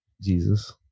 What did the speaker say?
Jesus